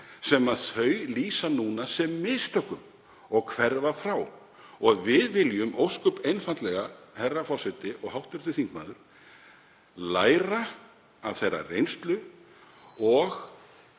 sem þau lýsa núna sem mistökum og hverfa frá. Við viljum ósköp einfaldlega, herra forseti og hv. þingmaður, læra af þeirra reynslu og